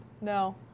No